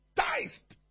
tithed